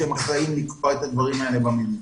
שיש גופים אחרים שהם אחראים לקבוע את הדברים האלה במדינה.